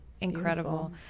incredible